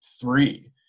three